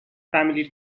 family